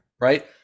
right